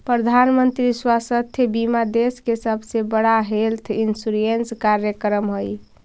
प्रधानमंत्री स्वास्थ्य बीमा देश के सबसे बड़ा हेल्थ इंश्योरेंस कार्यक्रम हई